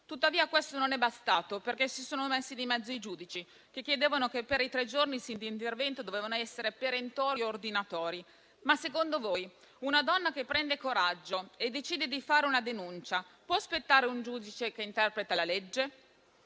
Tuttavia, questo non è bastato, perché si sono messi di mezzo i giudici, che chiedevano che i tre giorni di intervento fossero perentori e ordinatori. Ma secondo voi, una donna che prende coraggio e decide di fare una denuncia, può aspettare che un giudice interpreti la legge?